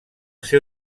seu